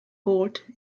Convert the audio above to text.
court